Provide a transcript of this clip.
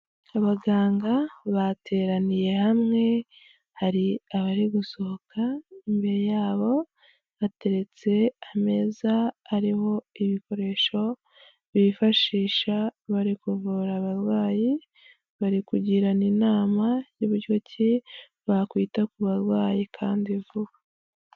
Abaganga bateraniye hamwe, hari abari gusohoka imbere yabo hateretse ameza, ariho ibikoresho bifashisha bari kuvura abarwayi, bari kugirana inama y'uburyo ki bakwita ku barwayi kandi vuba.